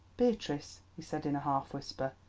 beatrice, he said in a half whisper,